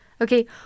Okay